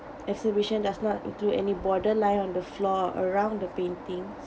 exhibition does not include any borderline on the floor around the paintings